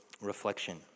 reflection